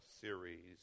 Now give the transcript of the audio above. series